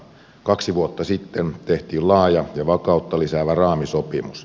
kaksi vuotta sitten tehtiin laaja ja vakautta lisäävä raamisopimus